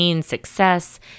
success